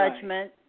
judgment